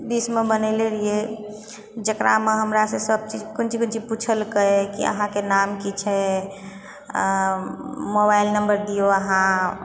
बीसमे बनेलए रहिए जकरामे हमरासँ सब चीज कोन चीज कोन चीज पुछलकै अहाँके नाम की छै आओर मोबाइल नम्मर दिऔ अहाँ